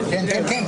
בתוספת: